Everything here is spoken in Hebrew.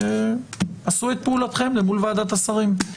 ועשו את פעולתכם מול ועדת השרים.